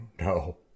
No